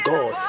God